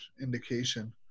indication